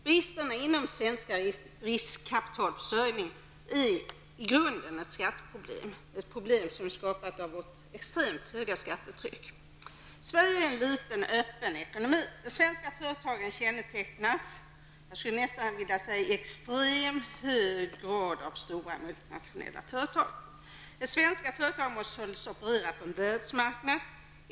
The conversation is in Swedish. Bristerna inom den svenska riskkapitalförsörjningen är i grunden ett skatteproblem -- ett problem som är skapat av vårt extremt höga skattetryck. Sverige är en liten och öppen ekonomi. Den svenska företagsamheten kännetecknas -- jag skulle nästan vilja säga i extremt hög grad -- av stora multinationella företag. De svenska företagen måste således operera på världsmarknaden.